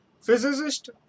physicist